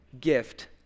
gift